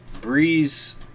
breeze